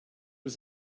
was